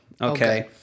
Okay